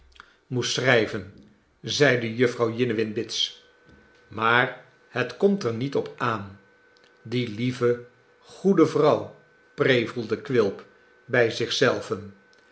moest schrijven zeide jufvrouw jiniwin bits maar het komt er niet op aan die lieve goede vrouw prevelde quilp bij zich